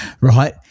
Right